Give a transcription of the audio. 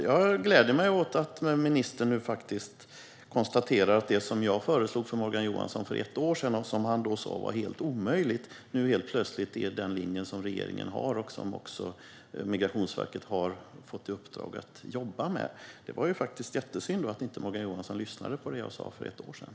Jag gläder mig åt att ministern konstaterar att det som jag föreslog för Morgan Johansson för ett år sedan, och som han sa var helt omöjligt, nu helt plötsligt är regeringens linje och att Migrationsverket har fått i uppdrag att jobba med detta. Det är ju jättesynd att Morgan Johansson inte lyssnade på vad jag sa för ett år sedan.